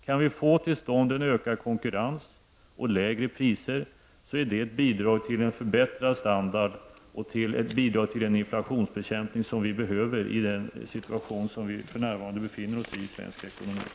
Kan vi få till stånd en ökad konkurrens och lägre priser är det ett bidrag till förbättrad standard och bidrag till en inflationsbekämpning, någonting som vi behöver i den situation i den svenska ekonomin som vi befinner oss i.